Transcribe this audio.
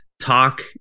talk